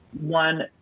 one